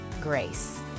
grace